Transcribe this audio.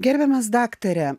gerbiamas daktare